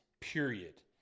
period